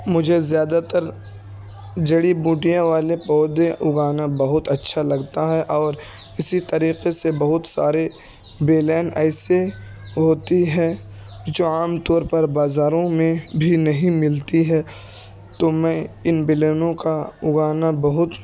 مجھے زیادہ تر جڑی بوٹیاں والے پودے اگانا بہت اچھا لگتا ہے اور اسی طریقے سے بہت سارے بیلیں ایسے ہوتی ہیں جو عام طور پر بازاروں میں بھی نہیں ملتی ہے تو میں ان بیلوں کا اگانا بہت